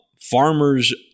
Farmers